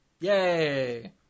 Yay